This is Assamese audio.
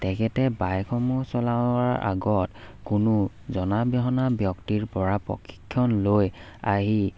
তেখেতে বাইকসমূহ চলোৱাৰ আগত কোনো জনা বেহনা ব্যক্তিৰ পৰা প্ৰশিক্ষণ লৈ আহি